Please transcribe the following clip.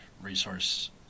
resource